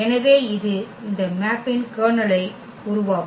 எனவே இது இந்த மேப்பின் கர்னலை உருவாக்கும்